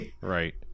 Right